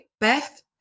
Beth